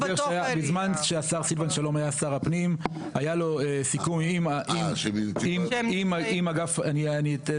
בזמן שהשר סילבן שלום היה שר הפנים היה לו סיכום עם אגף תקציבים